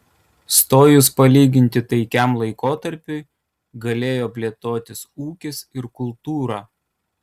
stojus palyginti taikiam laikotarpiui galėjo plėtotis ūkis ir kultūra